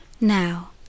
Now